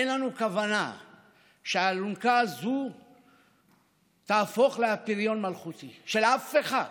אין לנו כוונה שהאלונקה הזאת תהפוך לאפיריון מלכותי של אף אחד,